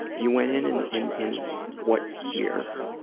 you went in in, in, in what year?